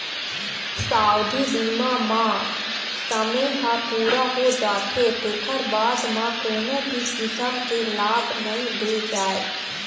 सावधि बीमा म समे ह पूरा हो जाथे तेखर बाद म कोनो भी किसम के लाभ नइ दे जाए